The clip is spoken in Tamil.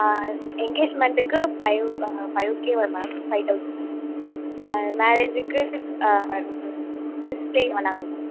என்கேஜ்மெண்ட்க்கு ஃபைவ் ப ஃபைவ் கே வரும் மேம் ஃபைவ் தௌசண்ட் மேரேஜ்க்கு சிக்ஸ் கே மேலே ஆகும் மேம்